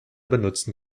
benutzten